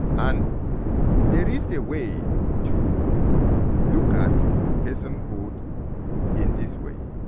and there is a way to look at personhood in this way,